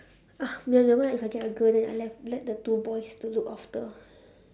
ah then never mind if I get a girl then I left let the two boys to look after